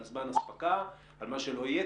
על זמן אספקה ועל מה שלא יהיה.